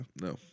No